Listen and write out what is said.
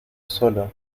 solo